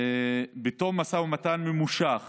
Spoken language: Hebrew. בתום משא ומתן ממושך